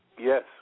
Yes